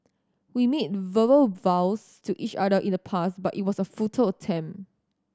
we made verbal vows to each other in the past but it was a futile attempt